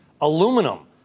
aluminum